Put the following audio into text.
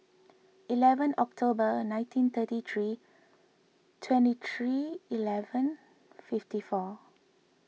eleven October nineteen thirty three twenty three eleven fifty four